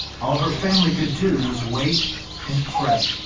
all her family could do was wait and pray.